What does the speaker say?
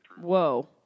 Whoa